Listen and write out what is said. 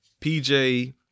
PJ